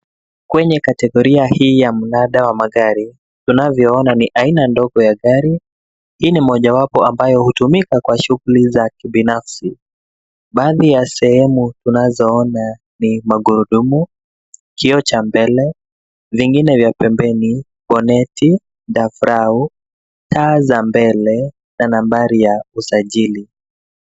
Kwenye kategoria hii ya mnada wa magari tunavyoona ni aina ndogo ya gari. Hii ni mojawapo ambayo hutumika kwa shughuli za kibinafsi. Baadhi ya sehemu tunazo ona ni magurudumu, kioo cha mbele vingine vya pembeni, poneti, dafrau ,taa za mbele na nambari ya usajili.